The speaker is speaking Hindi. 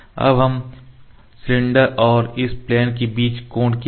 अब हम इस सिलेंडर और इस प्लेन के बीच कोण क्या है